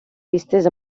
vistes